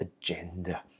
agenda